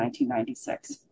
1996